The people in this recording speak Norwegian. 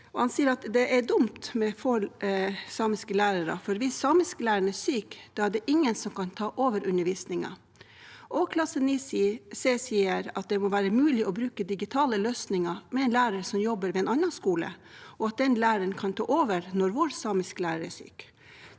Han sier at det er dumt med få samiske lærere, for hvis samisklæreren er syk, er det ingen som kan ta over undervisningen. Klasse 9c sier at det må være mulig å bruke digitale løsninger med en lærer som jobber ved en annen skole, og at den læreren kan ta over når samisklæreren